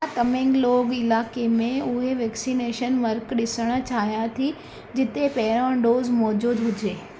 मां तमेंगलोंग इलाइक़े में उहे वैक्सीनेशन मर्क ॾिसणु चाहियां थी जिते पहिरियों डोज़ मौज़ूद हुजे